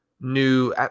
new